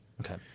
Okay